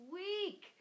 week